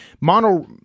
Mono